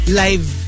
live